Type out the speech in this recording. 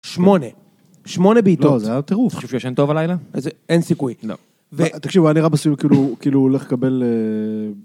שמונה, שמונה בעיטות. זה היה טירוף. אתה חושב שהוא ישן טוב הלילה? אין סיכוי. לא. תקשיבו, הוא נראה בסיום כאילו, כאילו הולך לקבל...